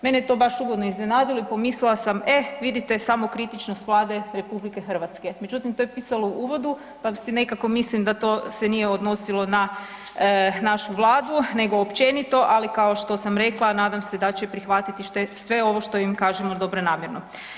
Mene je to baš ugodno iznenadilo i pomislila sam, e vidite samokritičnost Vlade RH, međutim to je pisalo u uvodu pa si nekako mislim da se to nije odnosilo na našu Vladu nego općenito, ali kao što sam rekla nadam se da će prihvatiti sve ovo što im kažemo dobronamjerno.